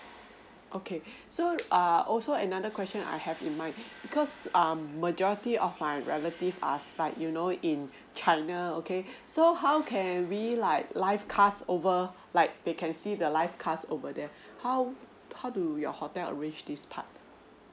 okay so err also another question I have in mind because um majority of my relatives are like you know in china okay so how can we like live cast over like they can see the live cast over there how how do your hotel arrange this part